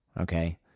Okay